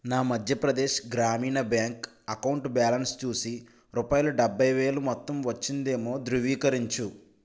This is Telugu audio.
నా మధ్య ప్రదేశ్ గ్రామీణ బ్యాంక్ అకౌంట్ బ్యాలన్స్ చూసి రూపాయలు డెబ్భైవేలు మొత్తం వచ్చిందేమో ధృవీకరించు